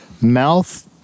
Mouth